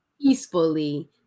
peacefully